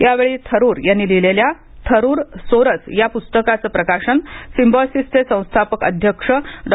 यावेळी थरूर यांनी लिहिलेल्या थरूर सोरस या पुस्तकाचं प्रकाशन सिंबायोसिसचे संस्थापक अध्यक्ष डॉ